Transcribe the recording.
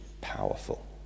powerful